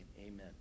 amen